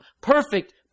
perfect